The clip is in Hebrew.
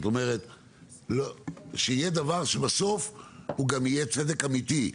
זאת אומרת שיהיה דבר שבסוף יהיה גם צדק אמיתי,